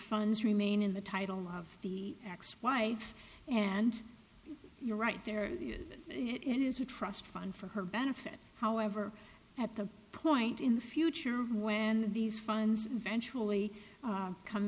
funds remain in the title of the ex wife and your right there the it in is a trust fund for her benefit however at the point in the future when these funds eventually come